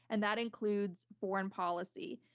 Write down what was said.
and that includes foreign policy.